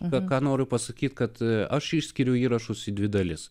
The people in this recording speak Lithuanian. ką ką noriu pasakyti kad aš išskiriu įrašus į dvi dalis